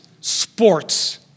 sports